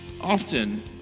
often